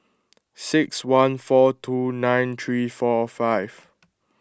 six one four two nine three four five